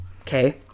Okay